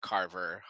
Carver